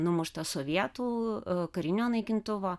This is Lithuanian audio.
numuštas sovietų karinio naikintuvo